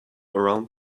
around